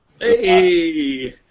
Hey